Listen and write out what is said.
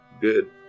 Good